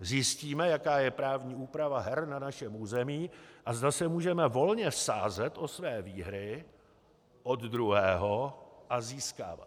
Zjistíme, jaká je právní úprava her na našem území a zda se můžeme volně sázet a své výhry od druhého a získávat.